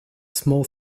small